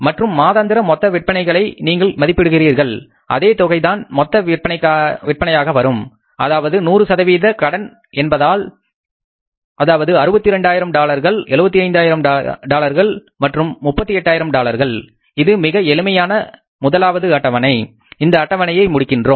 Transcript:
மற்றும் மாதாந்திர மொத்த விற்பனைகளை நீங்கள் மதிப்பிடுகிறீர்கள் அதே தொகை தான் மொத்த விற்பனையாக வரும் அதாவது 100 சதவீத கடன் என்பதால் அதாவது 62 ஆயிரம் டாலர்கள் 75 ஆயிரம் டாலர்கள் மற்றும் 38000 டாலர்கள் இது மிகவும் எளிமையான முதலாவது அட்டவணை இந்த அட்டவணையை முடிக்கின்றோம்